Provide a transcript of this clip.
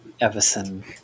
Everson